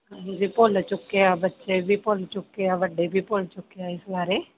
ਹਾਂਜੀ ਭੁੱਲ ਚੁੱਕੇ ਆ ਬੱਚੇ ਵੀ ਭੁੱਲ ਚੁੱਕੇ ਆ ਵੱਡੇ ਵੀ ਭੁੱਲ ਚੁੱਕੇ ਆ ਇਸ ਬਾਰੇ